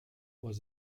was